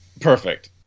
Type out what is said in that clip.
Perfect